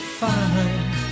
fine